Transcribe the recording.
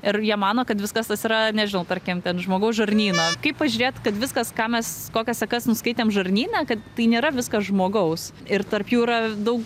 ir jie mano kad viskas tas yra nežiau tarkim ten žmogaus žarnyno kaip pažiūrėt kad viskas ką mes kokias sekas nuskaitėm žarnyne kad tai nėra viskas žmogaus ir tarp jų yra daug